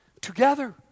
together